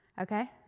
okay